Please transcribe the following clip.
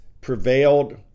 prevailed